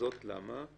וזאת למה?